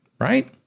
right